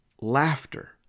laughter